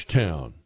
town